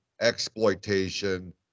exploitation